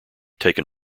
taken